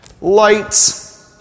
lights